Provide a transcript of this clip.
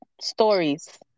stories